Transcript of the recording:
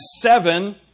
seven